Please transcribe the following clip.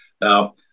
Now